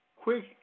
quick